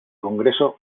congreso